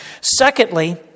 secondly